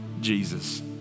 Jesus